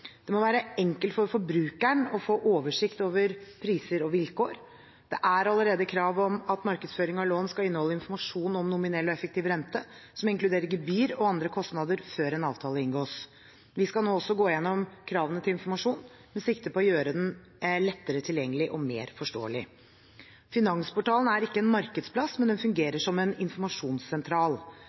Det må være enkelt for forbrukeren å få oversikt over priser og vilkår. Det er allerede krav om at markedsføring av lån skal inneholde informasjon om nominell og effektiv rente, som inkluderer gebyr og andre kostnader, før en avtale inngås. Vi skal nå også gå igjennom kravene til informasjon med sikte på å gjøre den lettere tilgjengelig og mer forståelig. Finansportalen er ikke en markedsplass, men den fungerer som en informasjonssentral.